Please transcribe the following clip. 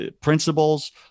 principles